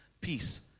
peace